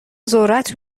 ذرت